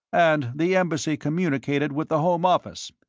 and the embassy communicated with the home office.